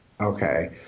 Okay